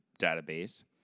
Database